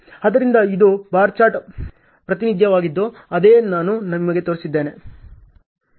ಆದ್ದರಿಂದ ಇದು bar chart ಪ್ರಾತಿನಿಧ್ಯವಾಗಿದ್ದು ಅದೇ ನಾನು ನಿಮಗೆ ತೋರಿಸಿದ್ದೇನೆ